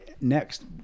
next